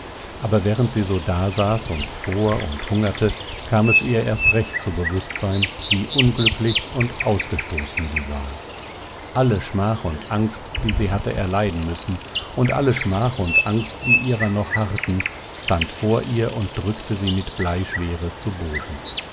aber während sie so dasaß und fror und hungerte kam es ihr erst recht zu bewußtsein wie unglücklich und ausgestoßen sie war alle schmach und angst die sie hatte erleiden müssen und alle schmach und angst die ihrer noch harrten stand vor ihr und drückte sie mit bleischwere zu boden